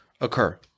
occur